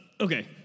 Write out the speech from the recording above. Okay